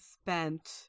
spent